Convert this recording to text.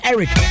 Eric